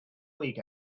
week